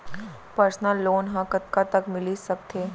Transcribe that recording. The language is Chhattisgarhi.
पर्सनल लोन ह कतका तक मिलिस सकथे?